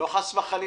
לא, חס וחלילה.